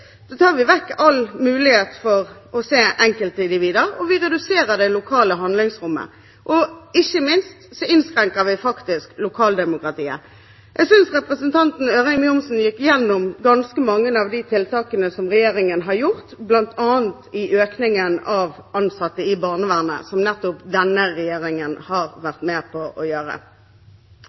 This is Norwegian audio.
Da tar vi vekk all mulighet til å se enkeltindividet, vi reduserer det lokale handlingsrommet, og, ikke minst, vi innskrenker faktisk lokaldemokratiet. Jeg synes representanten Ørmen Johnsen gikk gjennom ganske mange av de tiltakene som regjeringen har satt inn, bl.a. økningen av ansatte i barnevernet, som nettopp denne regjeringen har vært med på å